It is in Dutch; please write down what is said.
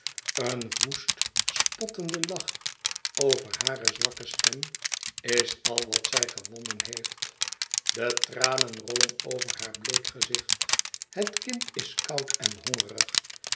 een woest spottende lach over hare zwakke stem is al wat zy ge wonnen heeft de tranen rollen over haar bleek gezicht het kind is koud en hongerig